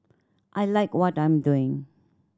I like what I'm doing